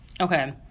Okay